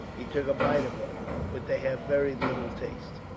he took a bite of one but they have very little taste.